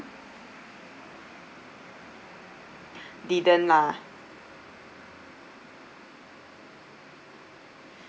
didn't lah